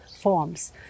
forms